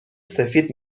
سفید